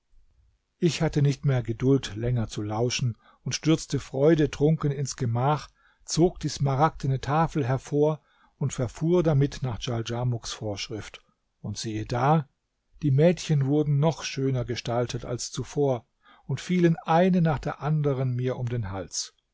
ich hatte nicht mehr geduld länger zu lauschen und stürzte freudetrunken ins gemach zog die smaragdene tafel hervor und verfuhr damit nach djaldjamuks vorschrift und siehe da die mädchen wurden noch schöner gestaltet als zuvor und fielen eine nach der anderen mir um den hals